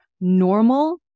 normal